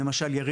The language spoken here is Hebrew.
בסדר?